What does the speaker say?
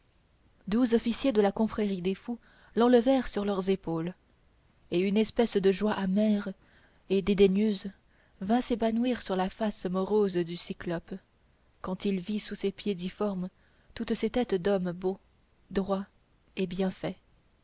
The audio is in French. douze officiers de la confrérie des fous l'enlevèrent sur leurs épaules et une espèce de joie amère et dédaigneuse vint s'épanouir sur la face morose du cyclope quand il vit sous ses pieds difformes toutes ces têtes d'hommes beaux droits et bien faits